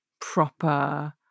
proper